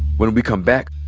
when we come back,